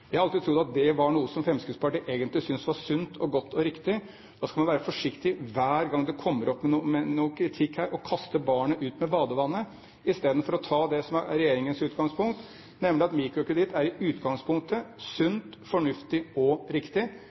Jeg har alltid trodd at det var noe som Fremskrittspartiet egentlig synes var sunt, godt og riktig. Da skal man være forsiktig med, hver gang det kommer opp noe kritikk her, å kaste barnet ut med badevannet, og isteden ha som utgangspunkt, som regjeringen, at mikrokreditt er sunt, fornuftig og riktig.